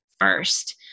first